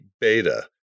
beta